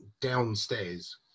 downstairs